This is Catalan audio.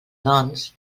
doncs